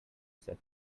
set